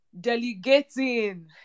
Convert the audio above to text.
delegating